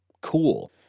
cool